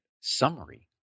summary